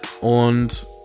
Und